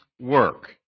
work